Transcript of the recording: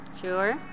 Sure